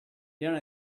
down